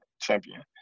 champion